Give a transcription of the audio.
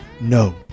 No